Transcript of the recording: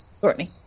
Courtney